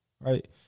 right